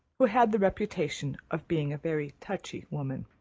who had the reputation of being a very touchy woman.